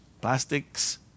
plastics